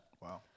Wow